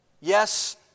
Yes